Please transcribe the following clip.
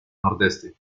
nordeste